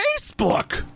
Facebook